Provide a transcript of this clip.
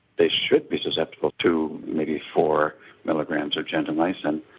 they should be susceptible to maybe four milligrams of gentamycin,